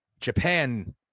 Japan